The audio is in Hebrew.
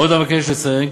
עוד אבקש לציין,